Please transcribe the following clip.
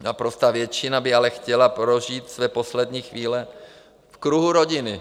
Naprostá většina by ale chtěla prožít své poslední chvíle v kruhu rodiny.